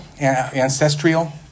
ancestral